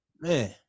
Man